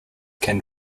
can